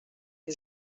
que